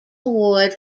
award